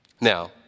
Now